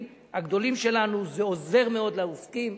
הגדולים שלנו: זה עוזר מאוד לעוסקים,